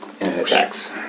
attacks